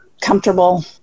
comfortable